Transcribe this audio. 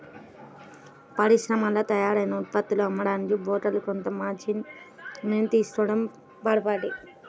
పరిశ్రమల్లో తయారైన ఉత్పత్తులను అమ్మడానికి బ్రోకర్లు కొంత మార్జిన్ ని తీసుకోడం పరిపాటి